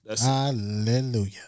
Hallelujah